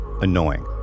annoying